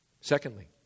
Secondly